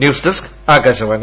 news desk Akashvani